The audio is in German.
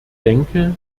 denke